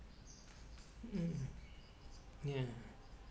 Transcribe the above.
mm ya